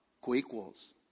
co-equals